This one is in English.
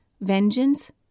vengeance